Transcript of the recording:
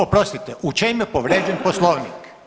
Oprostite, u čem je povrijeđen Poslovnik?